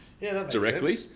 directly